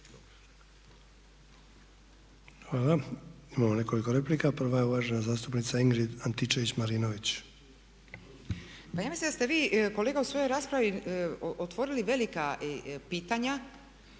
Hvala. Imamo nekoliko replika. Prva je uvažena zastupnica Ingrid Antičević Marinović. **Antičević Marinović, Ingrid (SDP)** Pa ja mislim da ste vi kolega u svojoj raspravi otvorili velika pitanja